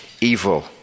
evil